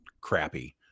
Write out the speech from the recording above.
crappy